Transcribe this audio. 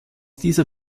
dieser